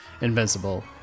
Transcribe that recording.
invincible